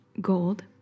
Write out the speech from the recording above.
gold